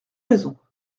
raisons